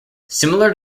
similar